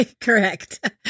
Correct